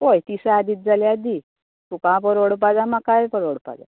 पळय तिसा दित जाल्यार दी तुका परवडपा जाय म्हाकाय परवडपा जाय